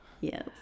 Yes